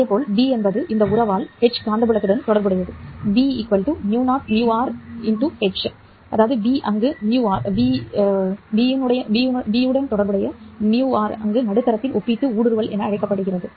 இதேபோல் ́B என்பது இந்த உறவால் ́H காந்தப்புலத்துடன் தொடர்புடையது ́B μ0μr H B அங்கு μr நடுத்தரத்தின் ஒப்பீட்டு ஊடுருவல் என அழைக்கப்படுகிறது